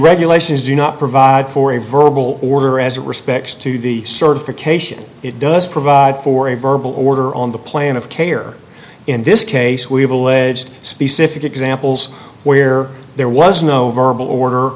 regulations do not provide for a verbal order as a respects to the certification it does provide for a verbal order on the plan of care in this case we have alleged specific examples where there was no verbal order